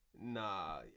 Nah